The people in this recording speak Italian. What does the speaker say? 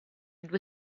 due